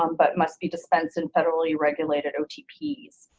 um but must be dispensed in federally regulated otps.